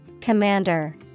Commander